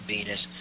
Venus